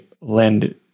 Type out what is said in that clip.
lend